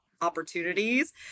opportunities